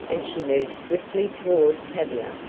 and she moved swiftly toward tavia.